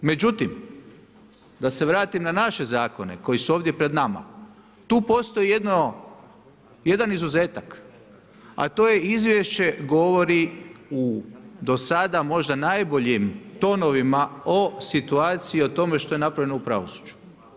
Međutim, da se vratim na naše zakone koji su ovdje pred nama, tu postoji jedan izuzetak a to je izvješće govori u do sada možda najboljim tonovima o situaciji, o tome što je napravljeno u pravosuđu.